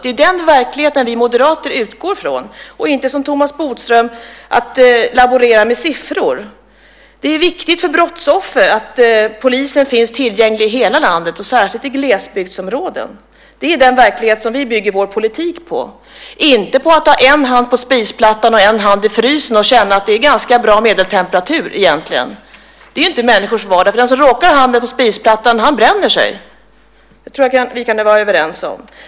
Det är den verkligheten vi moderater utgår från och inte som Thomas Bodström att laborera med siffror. Det är viktigt för brottsoffer att polisen finns tillgänglig i hela landet. Det gäller särskilt i glesbygdsområden. Det är den verklighet som vi bygger vår politik på och inte att ha en hand på spisplattan och en hand i frysen och känna att det är ganska bra medeltemperatur egentligen. Det är inte människors vardag. Den som råkar ha handen på spisplattan han bränner sig. Det tror jag att vi kan vara överens om.